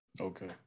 Okay